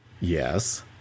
yes